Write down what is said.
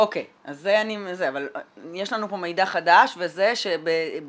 אוקיי אז זה --- אבל יש לנו פה מידע חדש וזה שבכל